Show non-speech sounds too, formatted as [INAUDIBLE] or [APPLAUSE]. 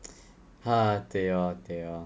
[NOISE] ah 对 lor 对 lor